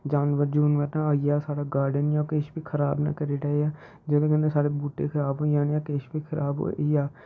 जानवर जुनवार ना आई जा साढ़ा गार्डन जां किश बी खराब न करी ओड़ै जेह्दे कन्नै साढ़े बूहटे खराब होई जान जां किश बी खराब होई जा